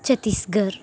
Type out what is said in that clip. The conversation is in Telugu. ఛత్తీస్గఢ్